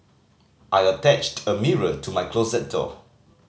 I attached a mirror to my closet door